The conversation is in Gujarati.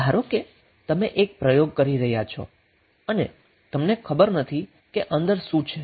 ધારો કે તમે એક પ્રયોગ કરી રહ્યા છો અને તમને ખબર નથી કે અંદર શું છે